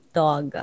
dog